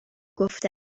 گفته